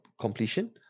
completion